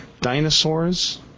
dinosaurs